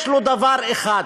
יש לו דבר אחד,